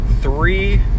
three